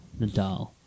Nadal